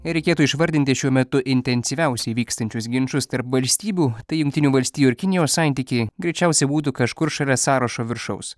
jei reikėtų išvardinti šiuo metu intensyviausiai vykstančius ginčus tarp valstybių tai jungtinių valstijų ir kinijos santykiai greičiausiai būtų kažkur šalia sąrašo viršaus